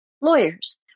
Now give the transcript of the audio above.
lawyers